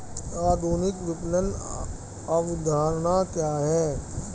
आधुनिक विपणन अवधारणा क्या है?